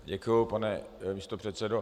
Děkuji, pane místopředsedo.